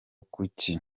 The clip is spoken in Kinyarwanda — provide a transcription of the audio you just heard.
kuki